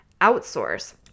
outsource